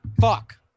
Fuck